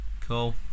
cool